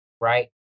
right